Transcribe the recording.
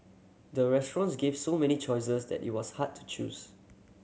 the restaurants gave so many choices that it was hard to choose